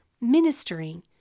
ministering